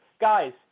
Guys